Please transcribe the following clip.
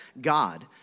God